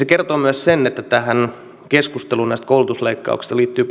kertoo myös sen että tähän keskusteluun näistä koulutusleikkauksista liittyy